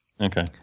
Okay